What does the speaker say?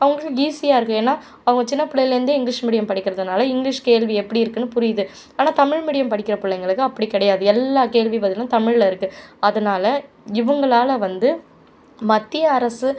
அவங்களுக்கு ஈஸியாக இருக்கு ஏன்னா அவங்க சின்னப் பிள்ளையிலருந்தே இங்கிலீஷ் மீடியம் படிக்கிறதுனால் இங்கிலீஷ் கேள்வி எப்படி இருக்குனு புரியுது ஆனால் தமிழ் மீடியம் படிக்கிற பிள்ளைங்களுக்கு அப்படி கிடையாது எல்லா கேள்வி பதிலும் தமிழில் இருக்கு அதனால் இவங்களால் வந்து மத்திய அரசு